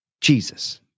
Jesus